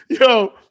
Yo